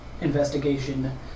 investigation